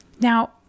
Now